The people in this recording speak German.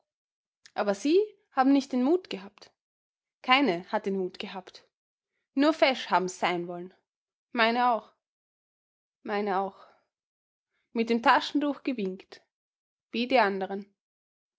aber sie haben nicht den mut gehabt keine hat den mut gehabt nur fesch haben's sein wollen meine auch meine auch mit dem taschentuch gewinkt wie die anderen